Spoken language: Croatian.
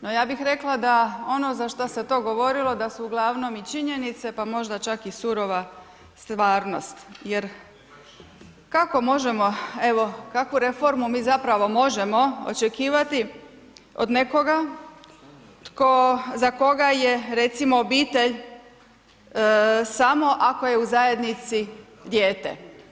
No, ja bih rekla da ono za šta se to govorilo, da su uglavnom i činjenice, pa možda čak i surova stvarnost jer kako možemo evo kakvu reformu mi zapravo možemo očekivati od nekoga tko, za koga je recimo obitelj samo ako je u zajednici dijete.